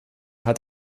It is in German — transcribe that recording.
hat